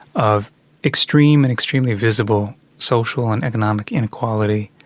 of extreme and extremely visible social and economic inequality.